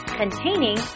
containing